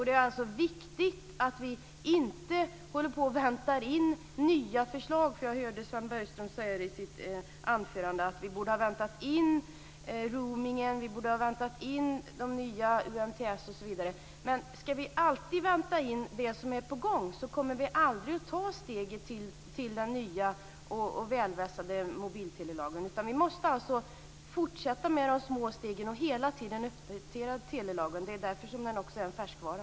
Det är alltså viktigt att vi inte väntar in nya förslag. Jag hörde Sven Bergström säga i sitt anförande att vi borde ha väntat in nationell roaming, att vi borde ha väntat in nya UMTS, osv. Men om vi alltid ska vänta in det som är på gång, så kommer vi aldrig att ta steget till den nya och välvässade mobiltelelagen. Vi måste alltså fortsätta med de små stegen och hela tiden uppdatera telelagen. Det är därför som den också är en färskvara.